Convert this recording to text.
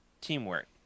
teamwork